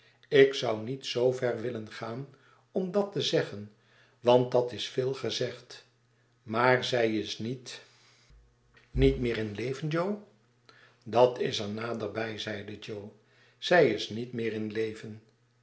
ik zou niet zoo ver willen gaan om dat te zeggen want dat is veel gezegd maar zij is niet jo veetelt mij eenige bijzonderbeden niet meer in leven jo dat is er nader bij zeide jo zij is niet meer in leven